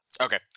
Okay